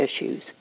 issues